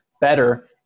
better